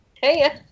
Hey